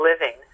living